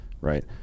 Right